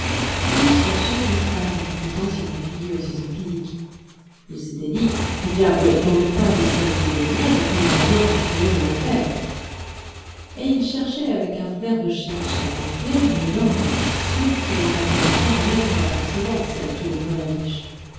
il cherchait une femme comptant sur sa figure sur son physique il s'était dit que diable dans le tas de celles qui viennent là je finirai bien par trouver mon affaire et il cherchait avec un flair de chien de chasse un flair de normand sûr qu'il la reconnaîtrait rien qu'en l'apercevant celle qui le ferait riche